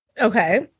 okay